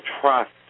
trust